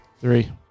Three